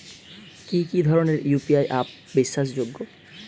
কি কি ধরনের ইউ.পি.আই অ্যাপ বিশ্বাসযোগ্য?